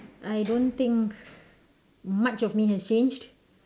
I don't think much of me has changed